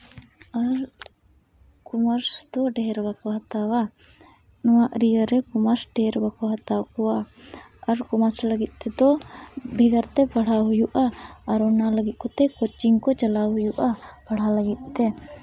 ᱟᱨ commerce ᱫᱚ ᱰᱷᱮᱨ ᱵᱟᱠᱚ ᱦᱟᱛᱟᱣᱟ ᱱᱚᱣᱟ ᱮᱨᱤᱭᱟ ᱨᱮ ᱠᱚᱢᱟᱨᱥ ᱰᱷᱮᱨ ᱵᱟᱠᱚ ᱦᱟᱛᱟᱣ ᱠᱚᱣᱟ ᱟᱨ ᱠᱚᱢᱟᱨᱥ ᱞᱟᱹᱜᱤᱫ ᱛᱮᱫᱚ ᱵᱷᱮᱜᱟᱨᱛᱮ ᱯᱟᱲᱦᱟᱣ ᱦᱩᱭᱩᱜᱼᱟ ᱟᱨ ᱚᱱᱟ ᱞᱟᱹᱜᱤᱫ ᱛᱮᱫᱚ ᱠᱳᱪᱤᱝ ᱠᱚ ᱪᱟᱞᱟᱣ ᱦᱩᱭᱩᱜᱼᱟ ᱯᱟᱲᱦᱟᱣ ᱞᱟᱹᱜᱤᱫ ᱛᱮ